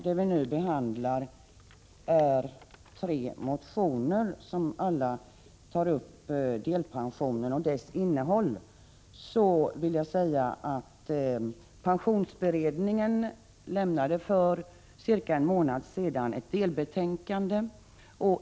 Med anledning av innehållet i de tre motioner som behandlas i förevarande betänkande vill jag säga att pensionsberedningen för cirka en månad sedan lämnade ett delbetänkande.